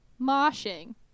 moshing